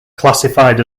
classified